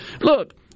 Look